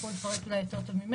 הם יוכלו לפרט אולי יותר טוב ממני,